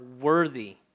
worthy